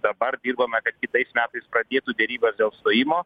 dabar dirbame kad kitais metais pradėtų derybas dėl stojimo